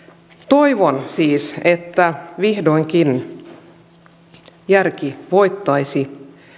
toivon siis että vihdoinkin järki voittaisi